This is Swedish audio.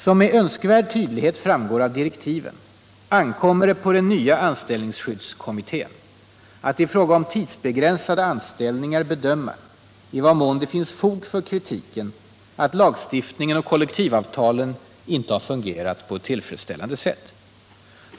Som med önskvärd tydlighet framgår av direktiven ankommer det på den nya anställningsskyddskommittén att i fråga om tidsbegränsade anställningar bedöma i vad mån det finns fog för kritiken att lagstiftningen och kollektivavtalen inte har fungerat på ett tillfredsställande sätt.